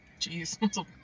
Jeez